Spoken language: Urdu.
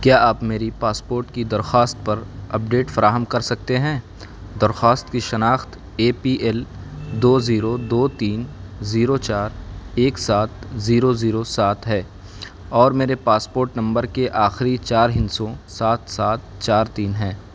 کیا آپ میری پاسپوٹ کی درخواست پر اپڈیٹ فراہم کر سکتے ہیں درخواست کی شناخت اے پی ایل دو زیرو دو تین زیرو چار ایک سات زیرو زیرو سات ہے اور میرے پاسپوٹ نمبر کے آخری چار ہندسوں سات سات چار تین ہیں